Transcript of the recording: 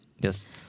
Yes